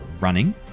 running